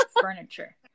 furniture